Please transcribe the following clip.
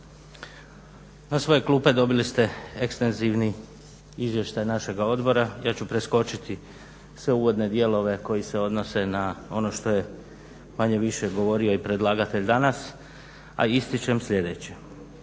Na svoje klupe dobili ste ekstenzivni izvještaj našega odbora. Ja ću preskočiti sve uvodne dijelove koji se odnose na ono što je manje-više govorio i predlagatelj danas, a ističem sljedeće.